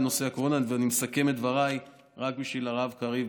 אני מסכם את דבריי רק בשביל הרב קריב,